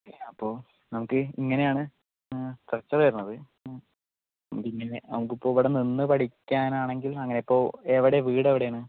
അപ്പോൾ നമുക്ക് ഇങ്ങനെയാണ് സ്ട്രക്ചർ വരുന്നത് നമുക്ക് ഇങ്ങനെ നമുക്ക് ഇപ്പോൾ ഇവിടെ നിന്ന് പഠിക്കാനാണെങ്കിൽ അങ്ങനെ ഇപ്പോൾ എവിടെ വീട് എവിടെയാണ്